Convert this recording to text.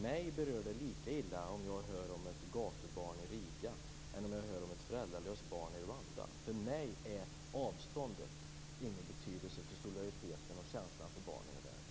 Mig berör det lika illa om jag hör talas om ett gatubarn i Riga som om jag hör talas om ett föräldralöst barn i Rwanda. För mig är avståndet inte av betydelse för solidariteten och känslan för barnen i världen.